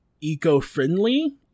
eco-friendly